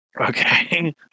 Okay